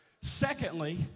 Secondly